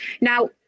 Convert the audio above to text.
now